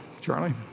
Charlie